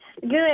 Good